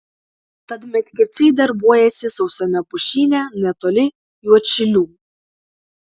tad medkirčiai darbuojasi sausame pušyne netoli juodšilių